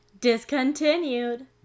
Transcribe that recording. discontinued